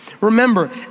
Remember